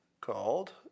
called